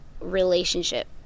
relationship